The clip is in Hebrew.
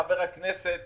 חבר הכנסת